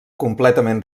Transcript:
completament